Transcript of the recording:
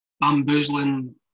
bamboozling